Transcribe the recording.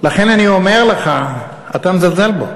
לכן אני אומר לך, אתה מזלזל בו.